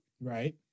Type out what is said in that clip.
right